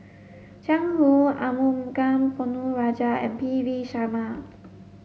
Jiang Hu Arumugam Ponnu Rajah and P V Sharma